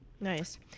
Nice